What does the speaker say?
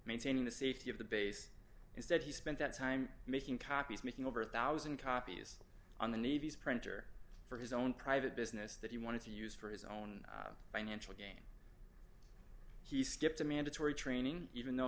maintaining the safety of the base instead he spent that time making copies making over a one thousand copies on the navy's printer for his own private business that he wanted to use for his own financial gain he skipped a mandatory training even though